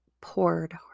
poured